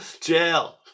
Jail